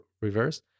Reverse